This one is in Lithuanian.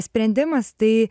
sprendimas tai